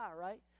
right